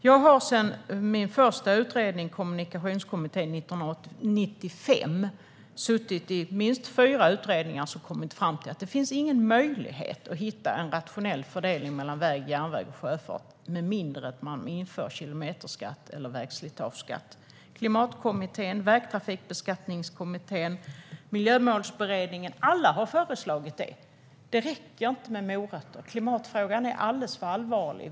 Jag har sedan min första utredning, Kommunikationskommittén, 1995, suttit i minst fyra utredningar som har kommit fram till att det inte finns någon möjlighet att hitta en rationell fördelning mellan väg, järnväg och sjöfart med mindre än att man inför kilometerskatt eller vägslitageskatt. Klimatkommittén, Vägtrafikbeskattningskommittén, Miljömålsberedningen - alla har föreslagit det. Det räcker inte med morötter. Klimatfrågan är alldeles för allvarlig.